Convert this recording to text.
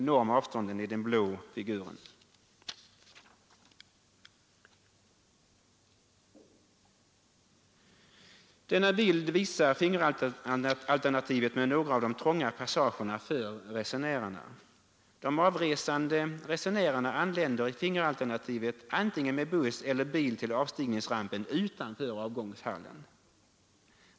Nästa bild visar fingeralternativet med några av de trånga passagerna för resenärerna. De avresande anländer i fingeralternativet med buss eller bil till avstigningsrampen utanför avgångshallen.